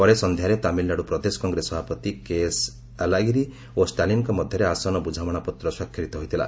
ପରେ ସନ୍ଧ୍ୟାରେ ତାମିଲନାଡୁ ପ୍ରଦେଶ କଂଗ୍ରେସ ସଭାପତି କେଏସ୍ ଆଲାଗିରି ଓ ଷ୍ଟାଲିନ୍ଙ୍କ ମଧ୍ୟରେ ଆସନ ବୁଝାମଣାପତ୍ର ସ୍ୱାକ୍ଷରିତ ହୋଇଥିଲା